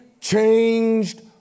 changed